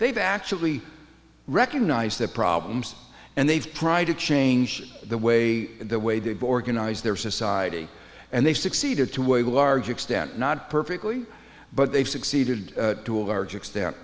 they've actually recognized that problems and they've tried to change the way the way to organize their society and they've succeeded to a large extent not perfectly but they've succeeded to a large extent